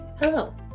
Hello